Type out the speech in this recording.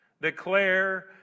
declare